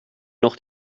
noch